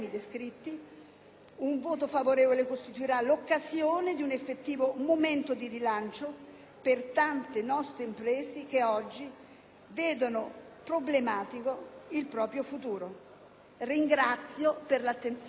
Un voto favorevole costituirà, infatti, l'occasione di un effettivo momento di rilancio per tante nostre imprese che oggi vedono problematico il proprio futuro. *(Applausi